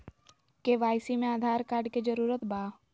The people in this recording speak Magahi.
के.वाई.सी में आधार कार्ड के जरूरत बा?